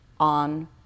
on